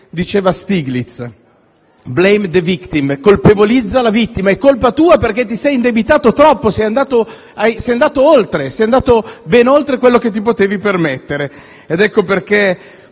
diceva Stigliz: «*blame the victim*», colpevolizza la vittima. È colpa tua, perché ti sei indebitato troppo, sei andato ben oltre quello che ti potevi permettere. Ed ecco perché